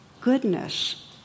goodness